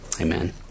Amen